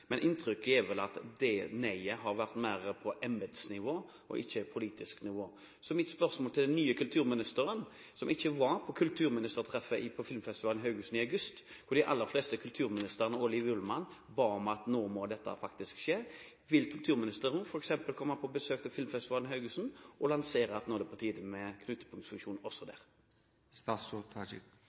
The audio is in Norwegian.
men inntrykket er vel at det nei-et har vært mer på embetsnivå enn på politisk nivå. Mitt spørsmål til den nye kulturministeren, som ikke var på kulturministertreffet på filmfestivalen i Haugesund i august, hvor de aller fleste tidligere norske kulturministre og Liv Ullmann ba om at nå må dette faktisk skje, er: Vil kulturministeren f.eks. komme på besøk til filmfestivalen i Haugesund og lansere at nå er det på tide med knutepunktfunksjon også der?